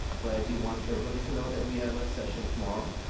but i do want everybody to know that we have a session tomorrow,